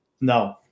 No